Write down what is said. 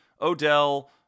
Odell